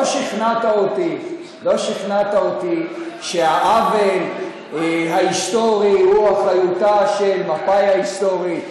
לא שכנעת אותי שהעוול ההיסטורי הוא אחריותה של מפא"י ההיסטורית,